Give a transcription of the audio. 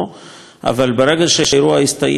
אבל ברגע שהאירוע הסתיים הנחינו,